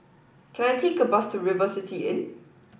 can I take a bus to River City Inn